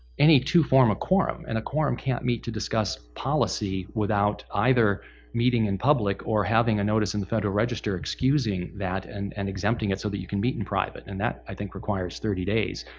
any two form a quorum, and a quorum can't meet to discuss policy without either meeting in public or having a notice in the federal register excusing that and and exempting it so that you can meet in private, and that, i think, requires thirty days.